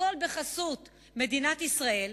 הכול בחסות מדינת ישראל,